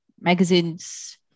magazines